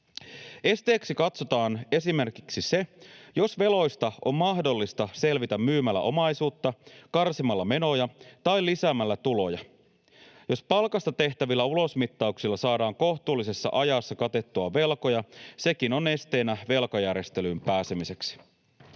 Esteeksi katsotaan esimerkiksi se, jos veloista on mahdollista selvitä myymällä omaisuutta, karsimalla menoja tai lisäämällä tuloja. Jos palkasta tehtävillä ulosmittauksilla saadaan kohtuullisessa ajassa katettua velkoja, sekin on esteenä velkajärjestelyyn pääsemiseksi.